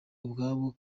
ubwabo